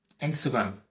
Instagram